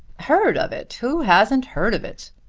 heard of it! who hasn't heard of it?